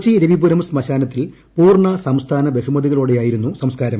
കൊച്ചി രവിപുരം ശ്മശാനത്തിൽ പൂർണ സംസ്ഥാന ബഹുമതികളോടെയായിരുന്നു സംസ്കാരം